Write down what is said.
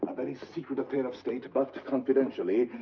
but very secret affair of state, but, confidentially,